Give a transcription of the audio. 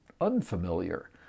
unfamiliar